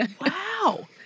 Wow